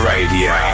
Radio